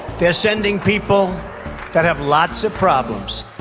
they are sending people that have lots of problems.